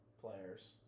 players